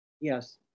Yes